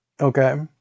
Okay